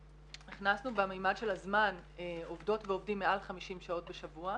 הכנסנו במימד של הזמן עובדות ועובדים מעל 50 שעות בשבוע